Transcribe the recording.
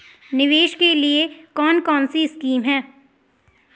निवेश के लिए कौन कौनसी स्कीम हैं?